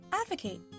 Advocate